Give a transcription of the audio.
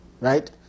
Right